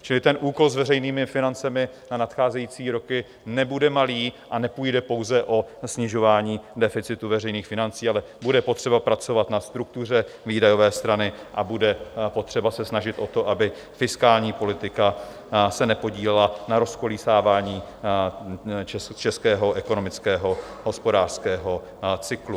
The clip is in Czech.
Čili ten úkol s veřejnými financemi na nadcházející roky nebude malý a nepůjde pouze o snižování deficitu veřejných financí, ale bude potřeba pracovat na struktuře výdajové strany a bude potřeba se snažit o to, aby fiskální politika se nepodílela na rozkolísávání českého ekonomického hospodářského cyklu.